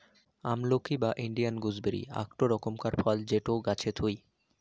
আমলকি বা Indian gooseberry আকটো রকমকার ফল যেটো গাছে থুই